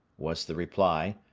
was the reply.